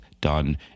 done